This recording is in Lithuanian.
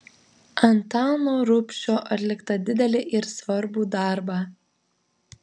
antano rubšio atliktą didelį ir svarbų darbą